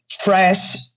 fresh